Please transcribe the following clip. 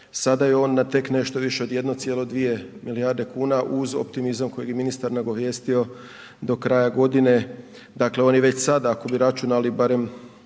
sada je on na tek nešto više od 1,2 milijarde kuna uz optimizam kojeg je ministar nagovijestio do kraja godine. Dakle on je već sada ako bi računali barem